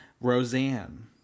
Roseanne